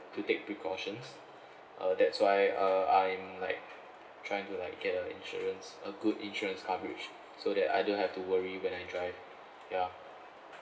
to take precautions uh that's why uh I'm like trying to like get a insurance a good insurance coverage so that I don't have to worry when I drive ya